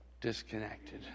disconnected